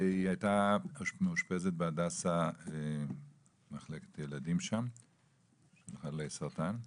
היא הייתה מאושפזת במחלקת ילדים חולי סרטן בהדסה,